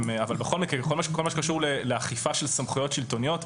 בכל מה שקשור לאכיפה של סמכויות שלטוניות,